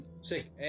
Sick